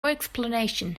explanation